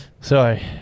Sorry